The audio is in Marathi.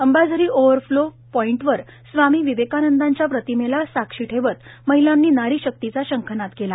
अंबाझरी ओव्हर फ्लो पॉईटवर स्वामी विवेकानंदांच्या प्रतिमेला साक्षी ठेवत महिलांनी नारीशकीचा शंखनाद केला